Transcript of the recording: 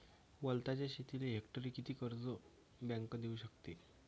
वलताच्या शेतीले हेक्टरी किती कर्ज बँक देऊ शकते?